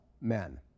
men